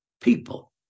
people